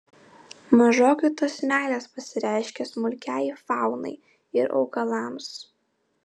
mažokai tos meilės pasireiškia smulkiajai faunai ir augalams